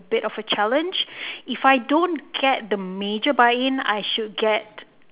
a bit of a challenge if I don't get the major buy in I should get